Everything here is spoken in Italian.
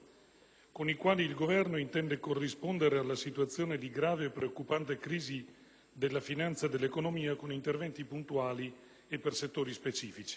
con i quali il Governo intende corrispondere alla situazione di grave e preoccupante crisi della finanza e dell'economia con interventi puntuali e per settori specifici.